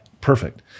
Perfect